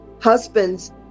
Husbands